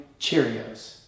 Cheerios